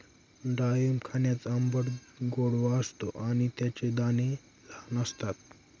डाळिंब खाण्यात आंबट गोडवा असतो आणि त्याचे दाणे लहान असतात